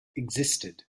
existed